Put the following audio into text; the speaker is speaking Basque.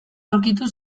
aurkitu